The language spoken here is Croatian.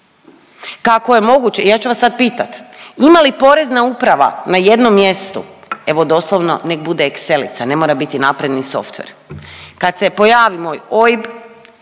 Kako je moguće, ja ću vas sad pitat, ima li Porezna uprava na jednom mjestu evo doslovno nek bude exelica, ne mora biti napredni softver, kad se pojavi moj OIB,